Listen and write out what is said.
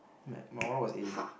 my my oral was A